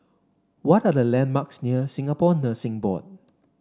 what are the landmarks near Singapore Nursing Board